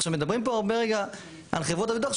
עכשיו, מדברים פה הרבה רגע על חברות הביטוח.